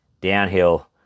downhill